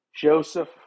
Joseph